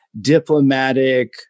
diplomatic